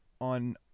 on